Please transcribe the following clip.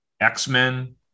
X-Men